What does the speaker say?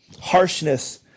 harshness